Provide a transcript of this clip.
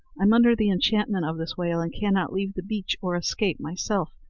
i'm under the enchantment of this whale, and cannot leave the beach or escape myself.